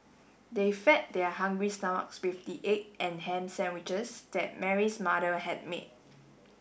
they fed their hungry stomachs with the egg and ham sandwiches that Mary's mother had made